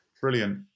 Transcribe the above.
Brilliant